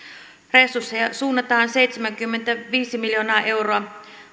resursseja suunnataan seitsemänkymmentäviisi miljoonaa euroa